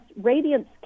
radiance